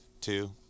two